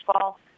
fall